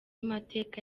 mateka